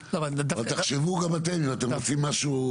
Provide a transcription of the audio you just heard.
אבל תחשבו גם אתם אם אתם רוצים משהו